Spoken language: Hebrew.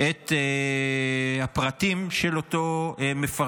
את הפרטים של אותו מפרסם,